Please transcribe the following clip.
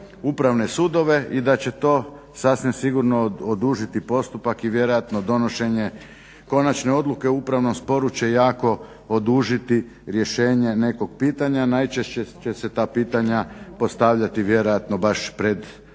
Upravne sudove i da će to sasvim sigurno odužiti postupak i vjerojatno donošenje konačne odluke o upravnom sporu će jako odužiti rješenje nekog pitanja, najčešće se ta pitanja postavljati vjerojatno baš pred